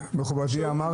מכובדי אמר את זה,